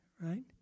right